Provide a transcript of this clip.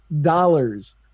dollars